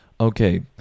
okay